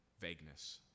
vagueness